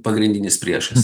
pagrindinis priešas